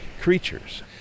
creatures